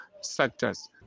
sectors